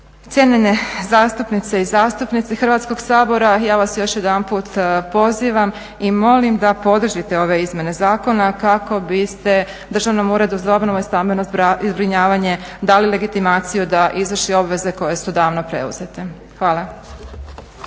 Cijenjene zastupnice i zastupnici Hrvatskog sabora ja vas još jedanput pozivam i molim da podržite ove izmjene zakona kako biste Državnom uredu za obnovu i stambeno zbrinjavanje dali legitimaciju da izvrši obveze koje su davno preuzete. Hvala.